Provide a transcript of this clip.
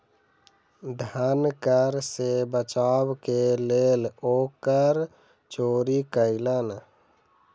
धन कर सॅ बचाव के लेल ओ कर चोरी कयलैन